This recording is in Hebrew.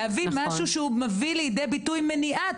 להביא לידי ביטוי מניעה,